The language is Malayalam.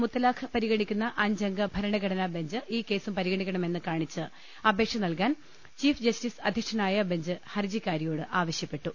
മുത്തലാഖ് പരിഗണിക്കുന്ന അഞ്ചംഗ ഭരണഘടനാബെഞ്ച് ഈ കേസും പരിഗണിക്കണമെന്ന് കാണിച്ച് അപേക്ഷ നൽകാൻ ചീഫ് ജസ്റ്റിസ് അധ്യക്ഷനായ ബെഞ്ച് ഹർജിക്കാരിയോട് ആവശ്യപ്പെട്ടു